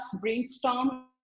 brainstorm